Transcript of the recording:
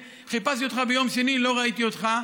חיפשתי אותך ביום שני, לא ראיתי אותך.